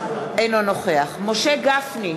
אינו נוכח משה גפני,